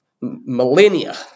millennia